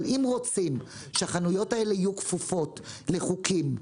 אם רוצים שהחנויות האלה יהיו כפופות לחוקים,